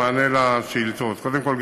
במענה על השאילתות: קודם כול,